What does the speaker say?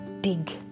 big